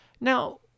Now